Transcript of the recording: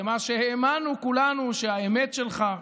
למה שהאמנו כולנו שהאמת שלך.